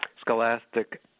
scholastic